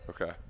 Okay